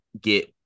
get